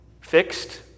fixed